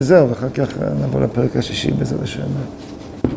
זהו, ואחר כך נעבור לפרק השישי בעזרת השם.